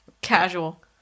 Casual